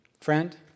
Friend